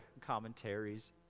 commentaries